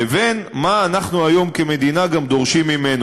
לבין מה שאנחנו היום כמדינה גם דורשים ממנו.